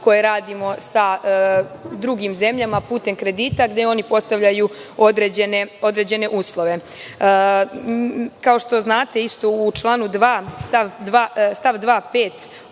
koje radimo sa drugim zemljama putem kredita, gde oni postavljaju određene uslove? Kao što znate u članu 2. stav 2.5